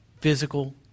physical